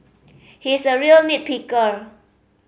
he is a real nit picker